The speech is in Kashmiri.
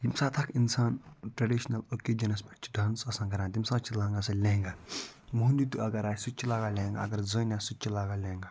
ییٚمہِ ساتہٕ اَکھ اِنسان ٹریڈِشنَل اوکیٖجَنَس پٮ۪ٹھ چھِ ڈانَس آسان کران تٔمۍ ساتہٕ چھِ لاگان سٔہ لہنگا مہنیوٗ تہِ اگر آسہِ سُہ تہِ چھِ لاگان لہنگا اگر زٔنۍ آسہِ سُہ تہِ چھِ لاگان لہنگا